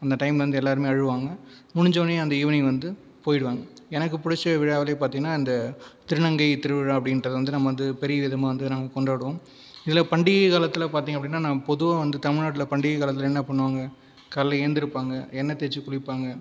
அந்த டைமில் வந்து எல்லாேருமே அழுவாங்க முடிஞ்ச உடனே அந்த ஈவினிங் வந்து போய்விடுவாங்க எனக்கு பிடிச்ச விழாவிலேயே பார்த்தீங்கன்னா அந்த திருநங்கை திருவிழா அப்படின்றது வந்து நம்ம வந்து பெரிய விதமாக வந்து நம்ம கொண்டாடுவோம் இதில் பண்டிகை காலத்தில் பார்த்தீங்க அப்படின்னால் நாங்கள் பொதுவாக வந்து தமிழ்நாட்டில் பண்டிகை காலத்தில் என்ன பண்ணுவாங்க காலையில் எழுந்திரிப்பாங்க எண்ணெய் தேய்த்து குளிப்பாங்க